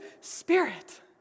spirit